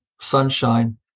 sunshine